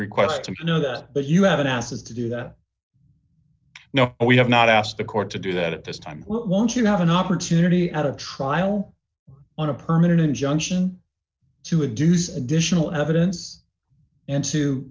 and you know that but you haven't asked us to do that no we have not asked the court to do that at this time why don't you have an opportunity of a trial on a permanent injunction to reduce additional evidence